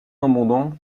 abondant